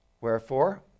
Wherefore